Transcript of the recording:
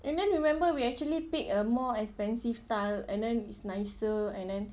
and then remember we actually paid a more expensive tile and then is nicer and then